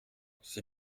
c’est